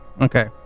Okay